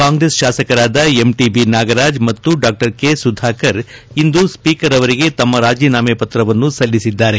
ಕಾಂಗ್ರೆಸ್ ಶಾಸಕರಾದ M T B Nagaraj ಮತ್ತು ಡಾ ಕೆ ಸುಧಾಕರ್ ಇಂದು ಸ್ವೀಕರ್ ಅವರಿಗೆ ತಮ್ಮ ರಾಜೀನಾಮೆ ಪತ್ರವನ್ನು ಸಲ್ಲಿಸಿದ್ದಾರೆ